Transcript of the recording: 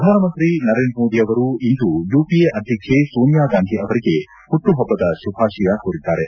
ಪ್ರಧಾನ ಮಂತ್ರಿ ನರೇಂದ್ರ ಮೋದಿ ಅವರು ಇಂದು ಯುಪಿಎ ಅಧ್ಯಕ್ಷೆ ಸೋನಿಯಾ ಗಾಂಧಿ ಅವರಿಗೆ ಹುಟ್ಟುಹಬ್ಬದ ಶುಭಾಶಯ ಕೋರಿದ್ದಾರೆ